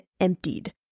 emptied